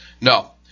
No